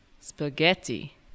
Spaghetti